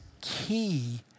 key